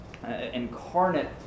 Incarnate